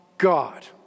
God